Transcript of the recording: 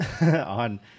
on